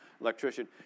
electrician